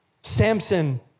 Samson